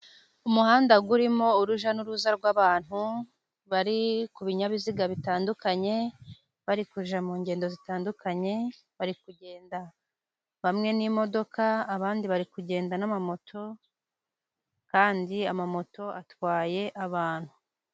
Umuhanda urimo urujya n'uruza rw'abantu, bari ku binyabiziga bitandukanye bari kujya mu ngendo zitandukanye, bari kugenda bamwe n'imodoka, abandi bari kugenda n'amamoto kandi amamoto atwaye abantu.